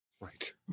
Right